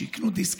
שיקנו דיסקים.